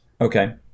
okay